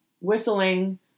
whistling